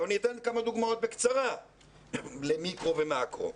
אני אתן כמה דוגמאות בקצרה למיקרו ומקרו.